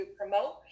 promote